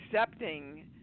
accepting